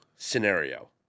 Scenario